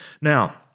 Now